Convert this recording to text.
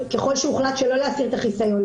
ככל שהוחלט שלא להסיר את החיסיון,